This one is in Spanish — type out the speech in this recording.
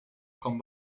con